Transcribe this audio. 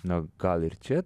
na gal ir čia